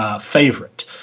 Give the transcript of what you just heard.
favorite